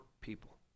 people